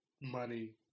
money